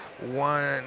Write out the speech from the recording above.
one